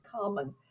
common